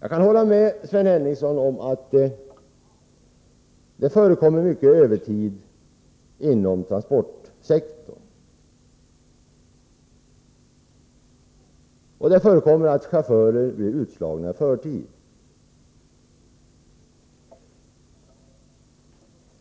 Jag kan hålla med Sven Henricsson om att det förekommer mycket övertid inom transportsektorn, och det förekommer att chaufförer blir utslagna i förtid.